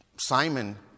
Simon